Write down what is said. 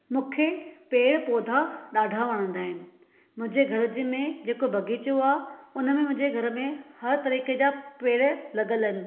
मूंखे पेड़ पोधा ॾाढा वणंदा आहिनि मुंहिंजे घुर्ज में जेको बगीचो आहे हुनमें मुंहिंजे घर में हर तरीक़े जा पेड़ लॻल आहिनि